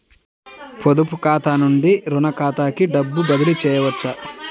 పొదుపు ఖాతా నుండీ, రుణ ఖాతాకి డబ్బు బదిలీ చేయవచ్చా?